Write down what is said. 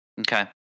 Okay